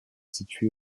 situé